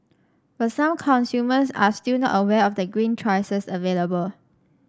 but some consumers are still not aware of the green choices available